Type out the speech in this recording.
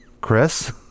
Chris